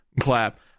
clap